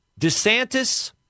DeSantis